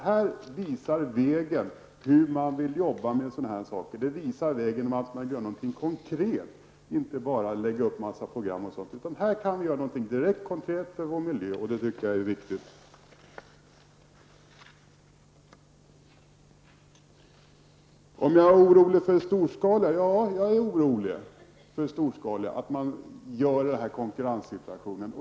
Här visar vi hur man vill jobba med dessa saker, hur man skall kunna göra något konkret, inte bara lägga upp en massa program osv. Här kan vi alltså göra någonting direkt och konkret för vår miljö, och det tycker jag är riktigt. På frågan om jag är orolig för det storskaliga vill jag svara: Ja, jag är orolig för det storskaliga -- att man åstadkommer den här konkurrenssituationen.